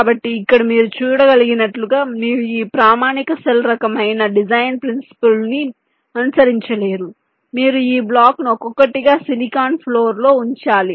కాబట్టి ఇక్కడ మీరు చూడగలిగినట్లుగా మీరు ఈ ప్రామాణిక సెల్ రకమైన డిజైన్ ప్రిన్సిపుల్ ని అనుసరించలేరు మీరు ఈ బ్లాక్ను ఒక్కొక్కటిగా సిలికాన్ ఫ్లోర్ లో ఉంచాలి